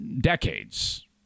decades